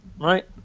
right